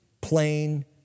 plain